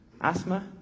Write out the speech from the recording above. asthma